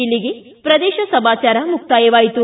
ಇಲ್ಲಿಗೆ ಪ್ರದೇಶ ಸಮಾಚಾರ ಮುಕ್ತಾಯವಾಯಿತು